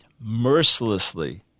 mercilessly